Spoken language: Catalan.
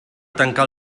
tancar